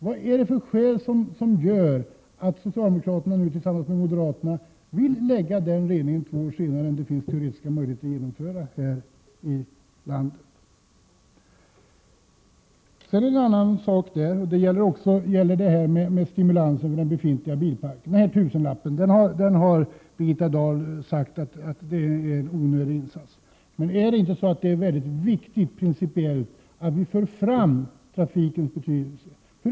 Vad är det som gör att socialdemokraterna nu tillsammans med moderaterna vill införa avgasreningen för lastbilar två år senare än vad som teoretiskt hade varit möjligt här i landet? En annan sak gäller stimulansen till avgasrening i den befintliga bilparken, dvs. tusenlappen. Birgitta Dahl har sagt att det är en onödig insats. Är det inte principiellt mycket viktigt att föra fram trafikens betydelse när det gäller miljön?